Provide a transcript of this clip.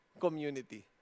community